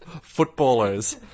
footballers